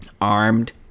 armed